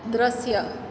દૃશ્ય